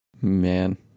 Man